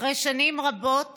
אחרי שנים רבות